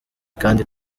kandi